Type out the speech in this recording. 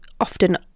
often